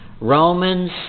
Romans